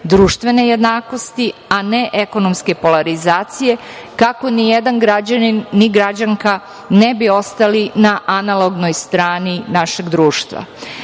društvene jednakosti, a ne ekonomske polarizacije kako nijedan građanin, ni građanka ne bi ostali na analognoj strani našeg društva.